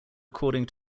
according